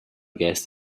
guests